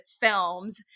films